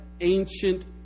ancient